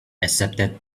accepted